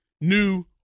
new